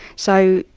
so,